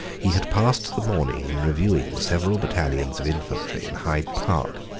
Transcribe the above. he had passed the morning in reviewing several battalions of infantry in hyde park.